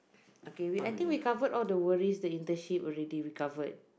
okay wait I think we covered all the worries that internship already we covered